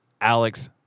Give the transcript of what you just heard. Alex